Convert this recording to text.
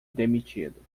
demitido